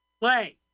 play